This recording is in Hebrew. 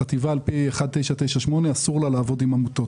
לחטיבה על פי 1998 אסור לעבוד עם עמותות.